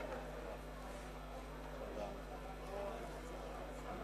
נגמרה הדרמה.